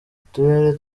uturere